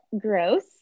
gross